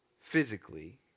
physically